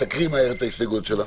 תקריא את מהר את ההסתייגויות שלה.